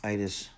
Itis